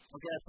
Okay